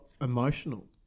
emotional